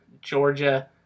Georgia